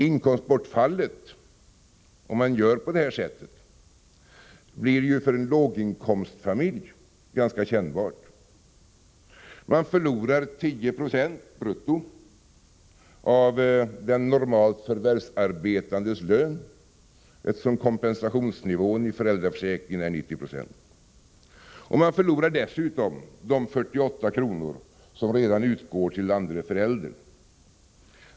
Inkomstbortfallet, om man gör på detta sätt, blir ju ganska kännbart för en låginkomstfamilj. Man förlorar 10 90 brutto av den normalt förvärvsarbetandes lön, eftersom kompensa tionsnivån i föräldraförsäkringen är 90 96, och man förlorar dessutom de 48 kr. som redan utgår till den andre föräldern.